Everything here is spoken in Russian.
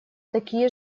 такие